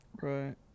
Right